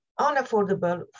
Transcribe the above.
unaffordable